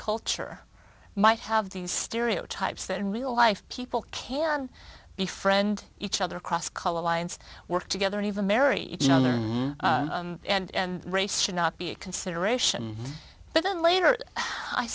culture might have these stereotypes that in real life people can be friend each other across color lines work together even marry each other and race should not be a consideration but then later i